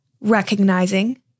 Recognizing